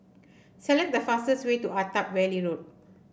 select the fastest way to Attap Valley Road